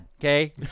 okay